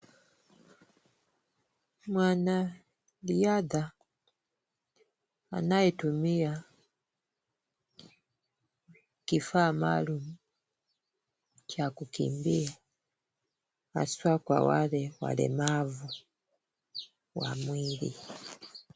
Mwanariadha anayetumia kifaa maalumu cha kukimbia haswa kwa wale walemavu wa mwili.